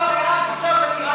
מה הגידול הריאלי?